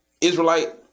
Israelite